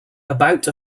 about